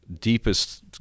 deepest